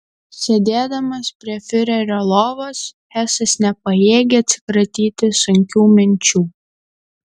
sėdėdamas prie fiurerio lovos hesas nepajėgė atsikratyti sunkių minčių